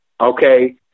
okay